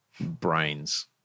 brains